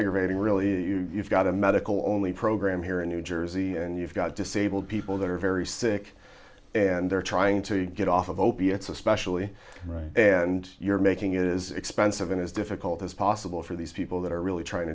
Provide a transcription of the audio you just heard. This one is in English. aggravating really you've got a medical only program here in new jersey and you've got disabled people that are very sick and they're trying to get off of opiates especially right and you're making it is expensive and as difficult as possible for these people that are really trying